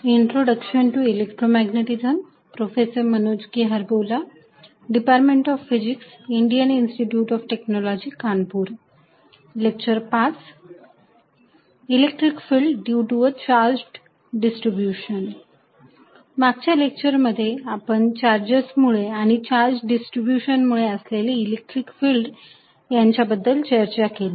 electric field due to a charged distribution मागच्या लेक्चरमध्ये आपण चार्जेस मुळे आणि चार्ज डिस्ट्रीब्यूशन मुळे असलेली इलेक्ट्रिक फिल्ड यांच्या बद्दल चर्चा केली